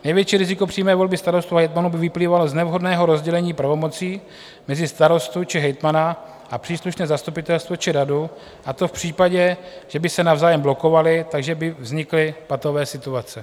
Největší riziko přímé volby starostů a hejtmanů by vyplývalo z nevhodného rozdělení pravomocí mezi starostu či hejtmana a příslušné zastupitelstvo či radu, a to v případě, že by se navzájem blokovali, takže by vznikly patové situace.